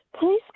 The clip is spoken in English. Please